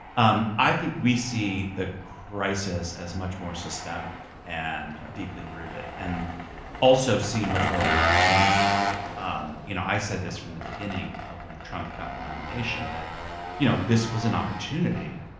um i think we see the crisis as much more systemic and deeply rooted, and also see much more of an opportunity here. um you know i said this from the beginning when trump got the nomination, that you know this was an opportunity.